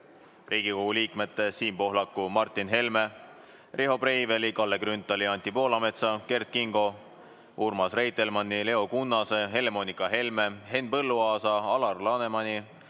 Riigikogu liikmete Siim Pohlaku, Martin Helme, Riho Breiveli, Kalle Grünthali, Anti Poolametsa, Kert Kingo, Urmas Reitelmanni, Leo Kunnase, Helle-Moonika Helme, Henn Põlluaasa, Alar Lanemani,